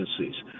agencies